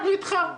אנחנו איתך,